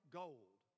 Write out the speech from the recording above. gold